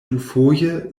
dufoje